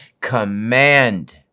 command